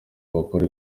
bakora